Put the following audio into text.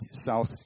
South